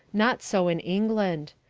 not so in england.